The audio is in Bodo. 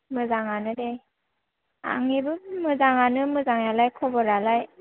मोजाङानो दे आंनियाबो बे मोजाङानो मोजाङालाय खबरालाय